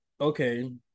okay